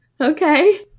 Okay